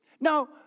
Now